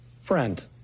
friend